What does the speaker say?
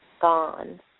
gone